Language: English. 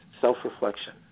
Self-reflection